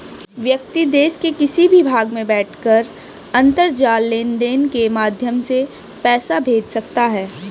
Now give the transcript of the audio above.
व्यक्ति देश के किसी भी भाग में बैठकर अंतरजाल लेनदेन के माध्यम से पैसा भेज सकता है